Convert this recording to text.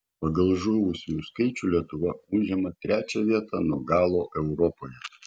pagal žuvusiųjų skaičių lietuva užima trečią vietą nuo galo europoje